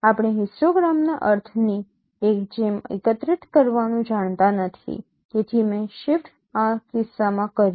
આપણે હિસ્ટોગ્રામના અર્થની જેમ એકત્રિત કરવાનું જાણતા નથી તેથી મેં શિફ્ટ આ કિસ્સામાં કર્યું